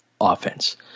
offense